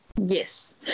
Yes